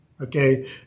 okay